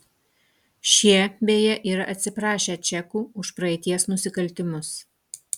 šie beje yra atsiprašę čekų už praeities nusikaltimus